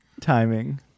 Timing